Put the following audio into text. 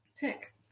pick